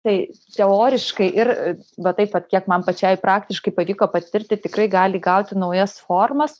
tai teoriškai ir va taip vat kiek man pačiai praktiškai pavyko patirti tikrai gali įgauti naujas formas